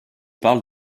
parle